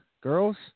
girls